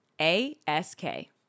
A-S-K